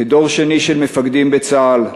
כדור שני של מפקדים בצה"ל,